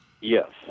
Yes